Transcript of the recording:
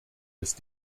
ist